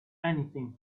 anything